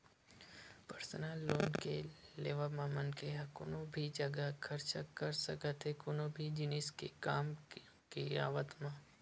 personal loan के लेवब म मनखे ह कोनो भी जघा खरचा कर सकत हे कोनो भी जिनिस के काम के आवब म